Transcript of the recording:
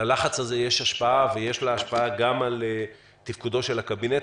ללחץ הזה יש השפעה וגם השפעה על תפקודו של הקבינט.